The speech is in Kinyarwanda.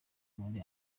muri